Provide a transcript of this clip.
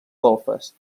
golfes